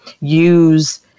use